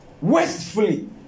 wastefully